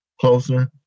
closer